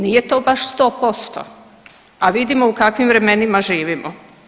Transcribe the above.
Nije to baš 100%, a vidimo u kakvim vremenima živimo.